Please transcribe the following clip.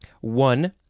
one